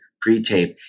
pre-tape